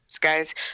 guys